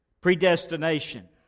Predestination